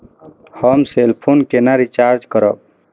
हम cell phone केना recharge करब?